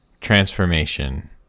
Transformation